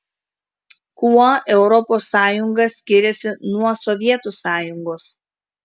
kuo europos sąjunga skiriasi nuo sovietų sąjungos